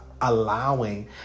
allowing